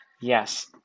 Yes